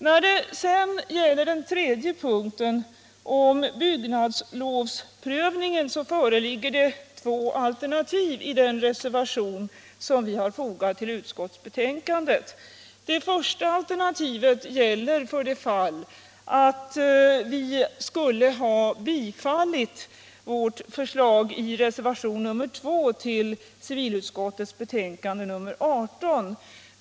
I fråga om den tredje punkten, om byggnadslovsprövningen, föreligger det två alternativ i den reservation som vi har fogat till utskottsbetänkandet. Det första alternativet gäller för det fall att riksdagen skulle ha bifallit vårt förslag i reservationen 2 till civilutskottets betänkande nr 18.